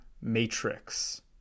Matrix